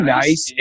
nice